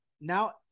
now